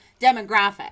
demographic